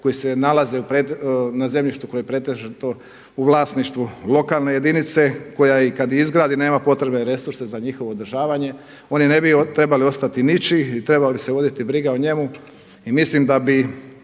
koji se nalaze na zemljištu u pretežito u vlasništvu lokalne jedinice koja i kada izgradi nema potrebne resurse za njihovo održavanje. Oni ne bi trebali ostati ničiji, trebali bi se voditi briga o njemu